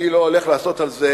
אני לא הולך לעשות על זה